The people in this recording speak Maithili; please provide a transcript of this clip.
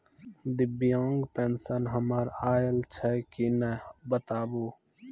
दिव्यांग पेंशन हमर आयल छै कि नैय बताबू?